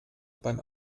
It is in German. beim